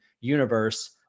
universe